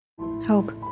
Hope